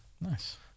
nice